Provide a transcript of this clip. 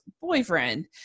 boyfriend